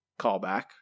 callback